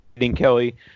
Kelly